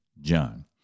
John